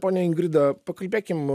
ponia ingrida pakalbėkim